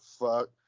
fuck